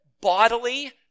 bodily